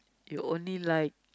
you only like